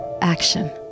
action